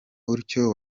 utyo